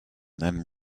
then